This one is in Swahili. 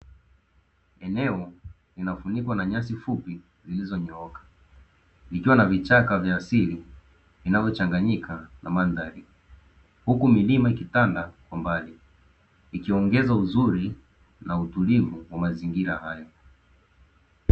Eneo linalofunikwa na nyasi fupi zilizonyooka, kukiwa na vichaka vya asili vinavyochanganika na mandhari, huku milima ikitanda kwa mbali. Ikiongeza uzuri na utulivu wa mazingira hayo.